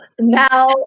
Now